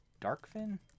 Darkfin